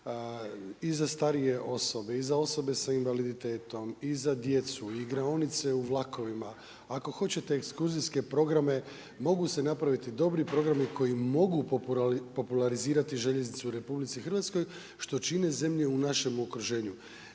i za starije osobe i za osobe sa invaliditetom i za djecu, igraonice u vlakovima, ako hoćete ekskurzijske programe, mogu se napraviti dobri programi koji mogu popularizirati željeznicu u RH što čine zemlje u našem okruženju.